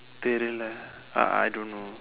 தெரியல்ல:theeriyalla I I don't know